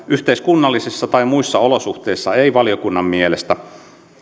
yhteiskunnallisissa tai muissa olosuhteissa ei valiokunnan mielestä